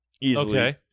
easily